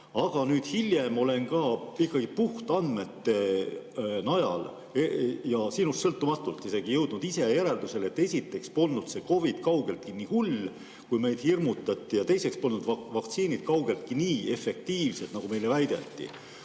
Aga nüüd hiljem olen ka ikkagi puht andmete najal ja isegi sinust sõltumatult jõudnud järeldusele, et esiteks polnud see COVID kaugeltki nii hull, kui meid hirmutati, ja teiseks polnud vaktsiinid kaugeltki nii efektiivsed, nagu meile väideti.